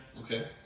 Okay